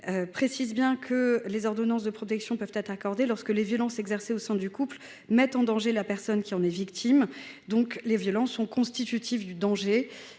précise que l’ordonnance de protection peut être accordée lorsque les violences exercées au sein du couple « mettent en danger la personne qui en est victime ». Les violences sont donc bel et bien